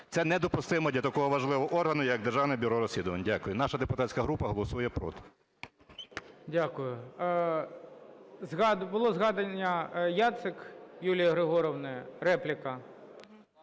Це недопустимо для такого важливого органу, як Державне бюро розслідувань. Дякую. Наша депутатська група голосує проти. ГОЛОВУЮЧИЙ. Дякую. Була згадана Яцик Юлії Григорівни, репліка.